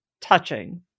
touching